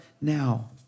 now